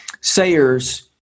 Sayers